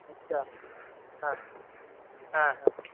अच्छा हां हां हां